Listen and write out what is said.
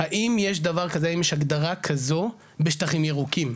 האם יש הגדרה כזו בשטחים ירוקים?